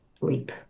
leap